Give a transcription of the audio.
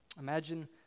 Imagine